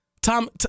tom